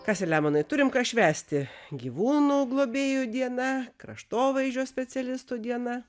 ką saliamonai turime ką švęsti gyvūnų globėjų diena kraštovaizdžio specialistų diena